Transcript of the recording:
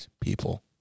people